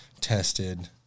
tested